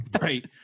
Right